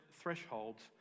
thresholds